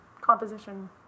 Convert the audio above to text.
composition